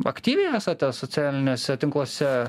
aktyvi esate socialiniuose tinkluose